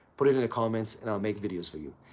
put it in the comments and i'll make videos for you.